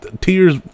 tears